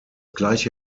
gleiche